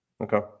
Okay